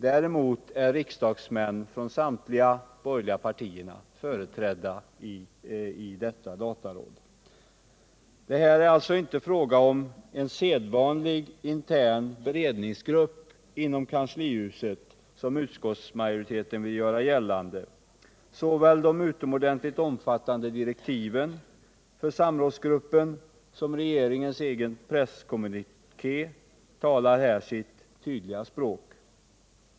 Däremot är riksdagsmän från samtliga borgerliga partier företrädda i detta råd. Det är alltså inte, som utskottsmajoriteten vill göra gällande, fråga om en sedvanlig intern beredningsgrupp inom kanslihuset. Såväl de utomordentligt omfattande direktiven för samrådsgruppen som regeringens egen presskommuniké talar här sitt tydliga språk.